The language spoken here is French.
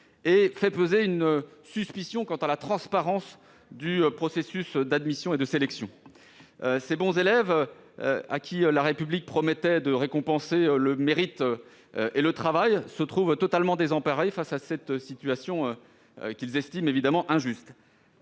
une forme de suspicion quant à la transparence du processus de sélection et d'admission. Ces bons élèves, à qui la République promettait de récompenser le mérite et le travail, sont totalement désemparés face à cette situation qu'ils estiment évidemment injuste.